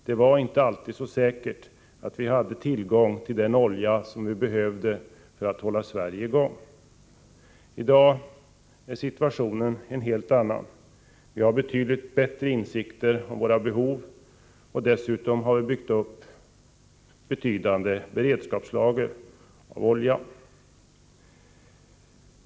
Det var inte alltid så säkert att vi hade tillgång till den olja som vi behövde för att hålla Sverige i gång. I dag är situationen en helt annan. Vi har betydligt bättre insikter om våra behov, och dessutom har vi byggt upp betydande beredskapslager av olja.